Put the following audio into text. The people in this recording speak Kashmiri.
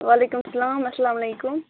وعلیکُم السلام السلامُ علیکُم